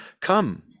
come